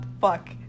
fuck